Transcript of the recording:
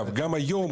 גם היום,